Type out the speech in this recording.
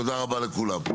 תודה רבה לכולם.